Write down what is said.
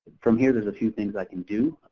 from here, there's a few things i can do